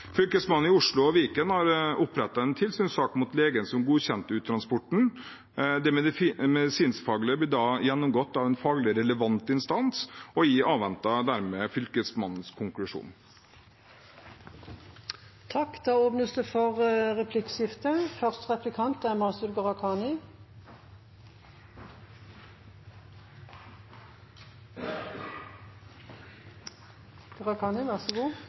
Fylkesmannen i Oslo og Viken har opprettet tilsynssak mot legen som godkjente uttransporten. Det medisinskfaglige blir da gjennomgått av en faglig relevant instans. Jeg avventer dermed Fylkesmannens konklusjon.